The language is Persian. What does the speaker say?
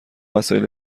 وسایل